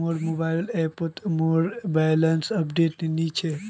मोर मोबाइल ऐपोत मोर बैलेंस अपडेट नि छे